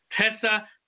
Tessa